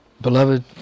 beloved